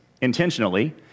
intentionally